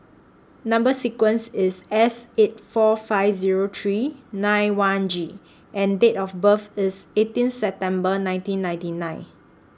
Number sequence IS S eight four five Zero three nine one G and Date of birth IS eighteen September nineteen ninety nine